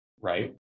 Right